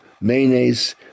mayonnaise